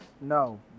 No